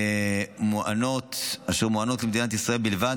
אשר מואמנות למדינת ישראל בלבד.